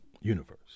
universe